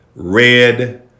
Red